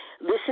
Listen